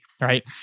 right